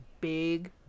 big